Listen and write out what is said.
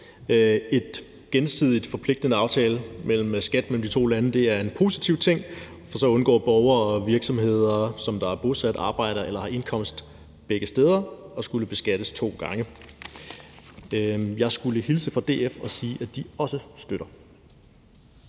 En gensidigt forpligtende aftale om skat mellem de to lande er en positiv ting, for så undgår borgere og virksomheder, som er bosat, arbejder eller har indkomst begge steder, at skulle beskattes to gange. Jeg skulle hilse fra DF og sige, at de også støtter